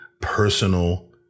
personal